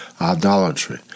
idolatry